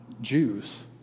Jews